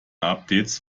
updates